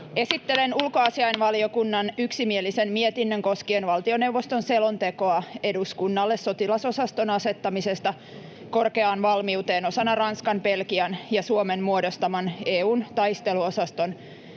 Esittelen ulkoasiainvaliokunnan yksimielisen mietinnön koskien valtioneuvoston selontekoa eduskunnalle sotilasosaston asettamisesta korkeaan valmiuteen osana Ranskan, Belgian ja Suomen muodostaman EU:n taisteluosaston